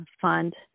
Fund